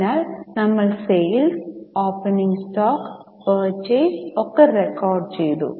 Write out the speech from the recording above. അതിനാൽ നമ്മൾ sales opening stock purchase ഒക്കെ റെക്കോഡ് ചെയ്തു